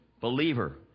believer